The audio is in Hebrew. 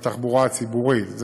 בתחבורה הציבורית.